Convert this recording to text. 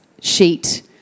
sheet